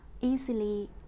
easily